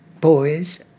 boys